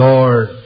Lord